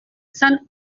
اصن